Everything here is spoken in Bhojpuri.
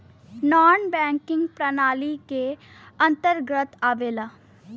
नानॅ बैकिंग प्रणाली के अंतर्गत आवेला